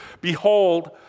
behold